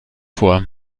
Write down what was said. vor